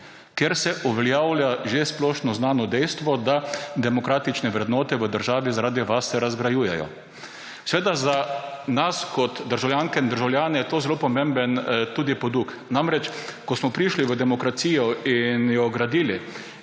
kjer se uveljavlja že splošno znano dejstvo, da se demokratične vrednote v državi zaradi vas razgrajujejo. Seveda je to za nas kot državljanke in državljane zelo pomemben poduk. Namreč, ko smo prišli v demokracijo in jo gradili,